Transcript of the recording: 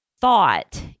thought